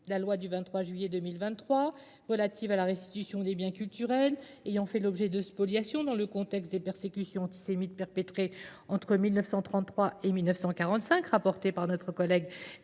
La loi du 23 juillet 2023, relative à la restitution des biens culturels ayant fait l'objet de spoliation dans le contexte des persécutions antisémites perpétrées entre 1933 et 1945, rapportée par notre collègue